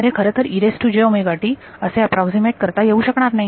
तर हे खरंतर असे अॅप्रॉक्समेट करता येऊ शकणार नाही